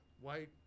White